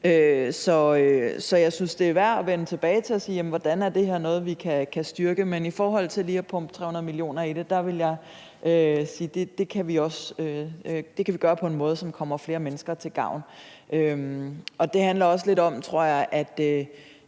Så jeg synes, det er værd at vende tilbage til for at se på, hvordan vi kan styrke det her. Men i forhold til lige at pumpe 300 mio. kr. i det vil jeg sige, at det kan vi gøre på en måde, som kommer flere mennesker til gavn. Her i forslaget